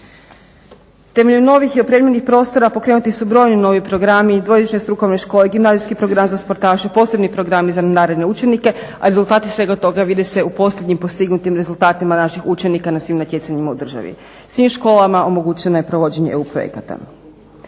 Temeljem novih i opremljenih prostora pokrenuti su brojni novi programi i dvojezične strukovne škole, gimnazijski program za sportaše, posebni programi za nadarene učenike, a rezultati svega toga vide se u posljednjim postignutim rezultatima naših učenika na svim natjecanjima u državi. Svim školama omogućeno je provođenje EU projekata.